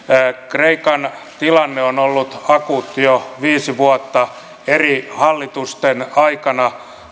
kreikan tilanne on ollut akuutti jo viisi vuotta eri hallitusten aikana